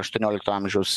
aštuoniolikto amžiaus